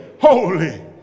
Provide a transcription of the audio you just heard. holy